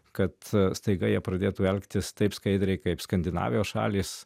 kad staiga jie pradėtų elgtis taip skaidriai kaip skandinavijos šalys